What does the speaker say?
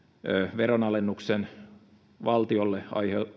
veronalennuksen valtiolle